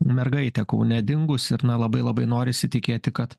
mergaitė kaune dingusi ir na labai labai norisi tikėti kad